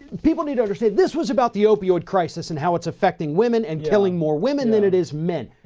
people need to understand this was about the opioid crisis and how it's affecting women and killing more women than it is men.